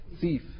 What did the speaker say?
thief